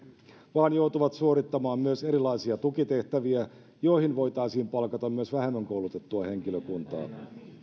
vaan joutuvat suorittamaan myös erilaisia tukitehtäviä joihin voitaisiin palkata myös vähemmän koulutettua henkilökuntaa